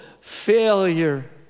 failure